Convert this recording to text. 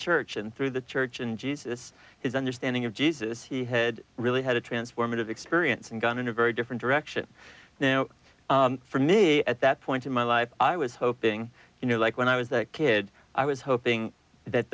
church and through the church and jesus his understanding of jesus he had really had a transformative experience and gone in a very different direction you know for me at that point in my life i was hoping you know like when i was that kid i was hoping that